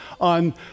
on